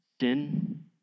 Sin